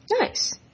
Nice